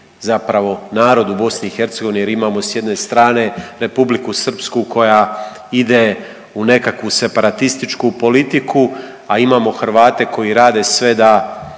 zapravo narod u BiH jer imamo s jedne strane R. Srpsku koja ide u nekakvu separatističku politiku, a imamo Hrvate koji rade sve da